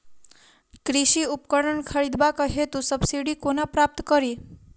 कृषि उपकरण खरीदबाक हेतु सब्सिडी कोना प्राप्त कड़ी?